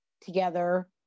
together